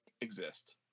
exist